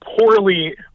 poorly